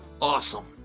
awesome